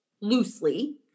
loosely